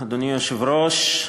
אדוני היושב-ראש,